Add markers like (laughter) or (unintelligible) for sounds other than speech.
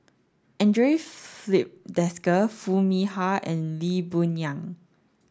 Andre (unintelligible) Filipe Desker Foo Mee Har and Lee Boon Yang